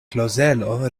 klozelo